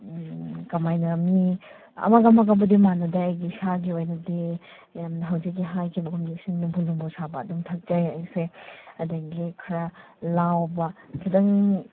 ꯀꯃꯥꯏꯅ ꯃꯤ ꯑꯃꯒ ꯑꯃꯒꯕꯨꯗꯤ ꯃꯥꯟꯅꯗꯦ ꯑꯩꯒꯤ ꯏꯁꯥꯒꯤ ꯑꯣꯏꯅꯗꯤ ꯌꯥꯝꯅ ꯍꯧꯖꯤꯛꯀꯤ ꯍꯥꯏꯈꯤꯕꯒꯨꯝꯅ ꯏꯁꯤꯡ ꯂꯨꯝꯕꯨ ꯂꯨꯝꯕꯨ ꯁꯥꯕ ꯑꯗꯨꯝ ꯊꯛꯆꯩ ꯑꯩꯁꯦ ꯑꯗꯒꯤ ꯈꯔ ꯂꯥꯎꯕ ꯈꯤꯇꯪ